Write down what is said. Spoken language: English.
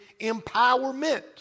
empowerment